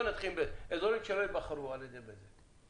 אזורים שלא ייבחרו על ידי בזק,